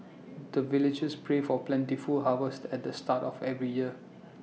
the villagers pray for plentiful harvest at the start of every year